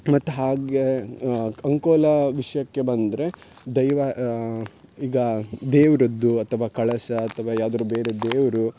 ಮತ್ತು ಹಾಗೆ ಅಂಕೋಲಾ ವಿಷಯಕ್ಕೆ ಬಂದರೆ ದೈವ ಈಗ ದೇವರದ್ದು ಅಥವಾ ಕಳಶ ಅಥವಾ ಯಾವುದಾದರು ಬೇರೆ ದೇವರು